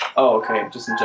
okay just